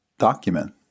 document